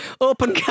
open